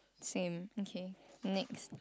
same okay next